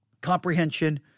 comprehension